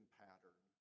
pattern